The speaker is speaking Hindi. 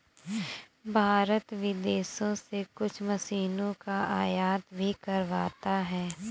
भारत विदेशों से कुछ मशीनों का आयात भी करवाता हैं